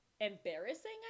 embarrassing